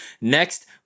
next